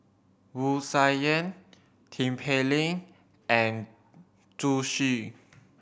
Wu Tsai Yen Tin Pei Ling and Zhu Xu